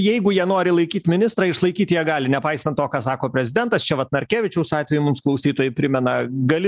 jeigu jie nori laikyt ministrą išlaikyt jie gali nepaisant to ką sako prezidentas čia va narkevičiaus atveju mums klausytojai primena gali